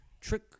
Trick